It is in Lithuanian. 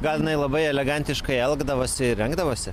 gal jinai labai elegantiškai elgdavosi ir rengdavosi